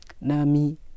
nami